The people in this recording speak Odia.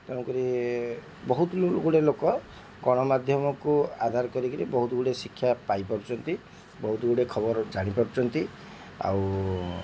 ତେଣୁକରି ବହୁତ ଗୁଡ଼ିଏ ଲୋକ ଗଣମାଧ୍ୟମକୁ ଆଧାର କରିକରି ବହୁତ ଗୁଡ଼ିଏ ଶିକ୍ଷା ପାଇପାରୁଛନ୍ତି ବହୁତ ଗୁଡ଼ିଏ ଖବର ଜାଣି ପାରୁଛନ୍ତି ଆଉ